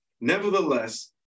Nevertheless